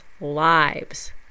lives